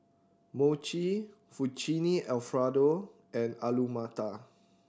Mochi Fettuccine Alfredo and Alu Matar